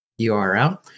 URL